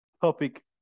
topic